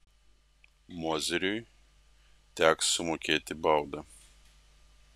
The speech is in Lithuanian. mozeriui teks sumokėti baudą